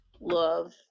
love